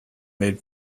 made